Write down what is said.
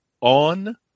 on